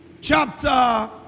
Chapter